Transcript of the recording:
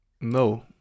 No